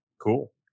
Cool